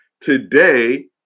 Today